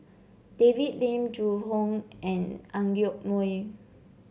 David Lim Zhu Hong and Ang Yoke Mooi